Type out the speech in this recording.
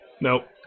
Nope